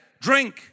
drink